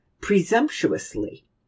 presumptuously